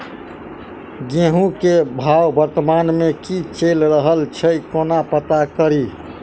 गेंहूँ केँ भाव वर्तमान मे की चैल रहल छै कोना पत्ता कड़ी?